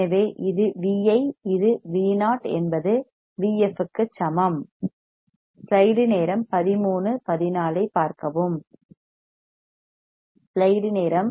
எனவே இது VI இது Vo என்பது Vf க்கு சமம்